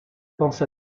pensa